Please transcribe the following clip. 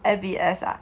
M_B_S ah